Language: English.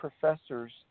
professors